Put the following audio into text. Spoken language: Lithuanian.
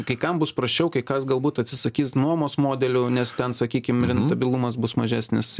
kai kam bus prasčiau kai kas galbūt atsisakys nuomos modelių nes ten sakykim rentabilumas bus mažesnis